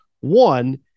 One